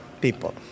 people